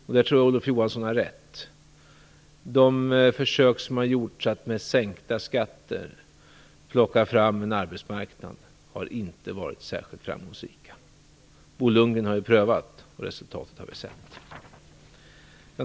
Där tror jag att Olof Johansson har rätt. De försök som har gjorts att med sänkta skatter plocka fram en arbetsmarknad har inte varit särskilt framgångsrika. Bo Lundgren har ju prövat, och resultatet har vi sett.